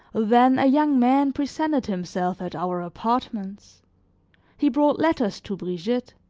then a young man presented himself at our apartments he brought letters to brigitte.